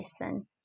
listen